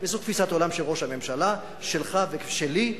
וזאת תפיסת עולם של ראש הממשלה שלך ושלי,